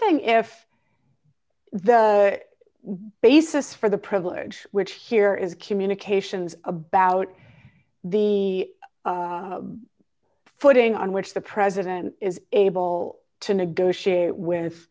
thing if the basis for the privilege which here is communications about the footing on which the president is able to negotiate with